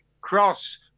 cross